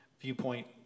viewpoint